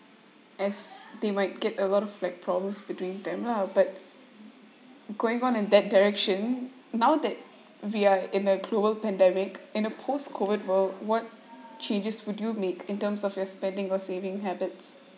as they might get a lot of like problems between them lah but going on in that direction now that we are in a global pandemic in a post COVID world what changes would you make in terms of your spending or saving habits